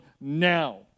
now